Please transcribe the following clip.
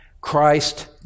Christ